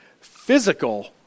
physical